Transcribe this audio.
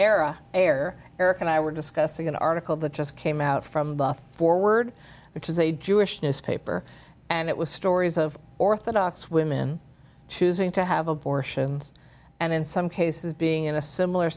era air eric and i were discussing an article that just came out from buff foreword which is a jewish newspaper and it was stories of orthodox women choosing to have abortions and in some cases being in a similar